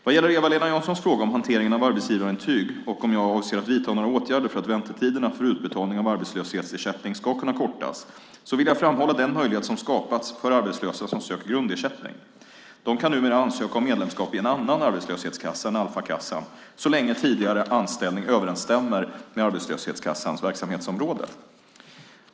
Vad gäller Eva-Lena Janssons fråga om hanteringen av arbetsgivarintyg och om jag avser att vidta några åtgärder för att väntetiderna för utbetalning av arbetslöshetsersättning ska kunna kortas vill jag framhålla den möjlighet som har skapats för arbetslösa som söker grundersättning. De kan numera ansöka om medlemskap i en annan arbetslöshetskassa än Alfakassan så länge tidigare anställning överensstämmer med arbetslöshetskassans verksamhetsområde.